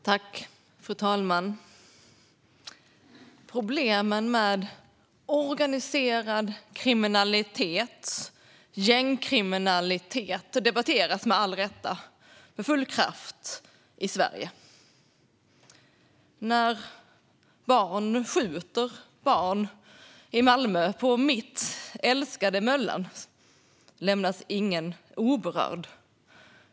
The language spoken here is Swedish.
Fru talman! Problemen med organiserad kriminalitet och gängkriminalitet debatteras med full kraft i Sverige, med all rätta. När barn skjuter barn i Malmö - på mitt älskade Möllan - lämnas ingen oberörd.